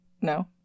no